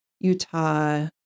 Utah